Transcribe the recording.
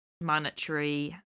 monetary